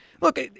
look